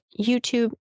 YouTube